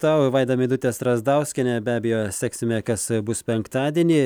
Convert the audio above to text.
tau vaida meidutė strazdauskienė be abejo seksime kas bus penktadienį